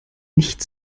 nicht